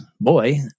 boy